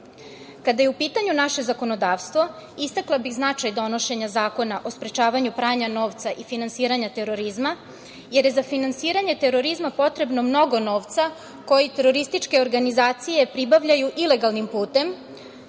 je u pitanju naše zakonodavstvo istakla bih značaj donošenja Zakona o sprečavanju pranja novca i finansiranja terorizma, jer je za finansiranje terorizma potrebno mnogo novca koji terorističke organizacije pribavljaju ilegalnim putem,